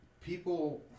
people